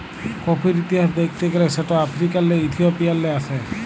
কফির ইতিহাস দ্যাখতে গ্যালে সেট আফ্রিকাল্লে ইথিওপিয়াল্লে আস্যে